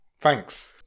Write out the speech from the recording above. Thanks